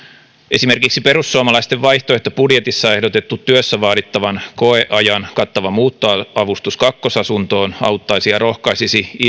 esimerkiksi perussuomalaisten vaihtoehtobudjetissa ehdotettu työssä vaadittavan koeajan kattava muuttoavustus kakkosasuntoon auttaisi ja rohkaisisi